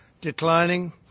declining